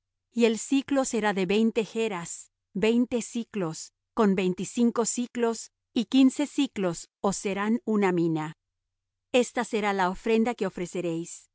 y el siclo será de veinte geras veinte siclos con veinticinco siclos y quince siclos os serán una mina esta será la ofrenda que ofreceréis